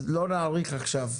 לא נאריך עכשיו.